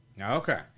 Okay